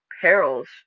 perils